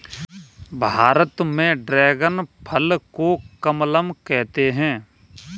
भारत में ड्रेगन फल को कमलम कहते है